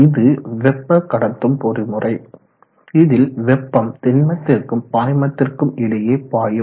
இது வெப்ப கடத்தும் பொறிமுறை இதில் வெப்பம் திண்மத்திற்கும் பாய்மத்திற்கும் இடையே பாயும்